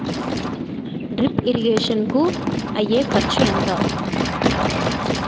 Drip irrigation కూ అయ్యే ఖర్చు ఎంత?